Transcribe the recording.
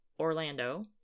Orlando